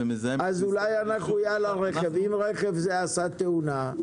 אולי על הרכב יהיה שלט: אם רכב זה עשה תאונה,